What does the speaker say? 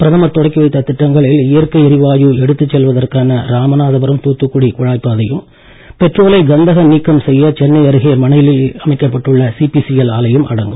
பிரதமர் தொடக்கி வைத்த திட்டங்களில் இயற்கை எரிவாயு எடுத்துச் செல்வதற்கான ராமநாதபுரம் தூத்துக்குடி குழாய்ப் பாதையும் பெட்ரோலை கந்தக நீக்கம் செய்ய சென்னை அருகே மணலியில் அமைக்கப்பட்டுள்ள சிபிசிஎல் ஆலையும் அடங்கும்